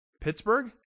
Pittsburgh